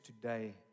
today